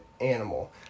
animal